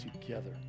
together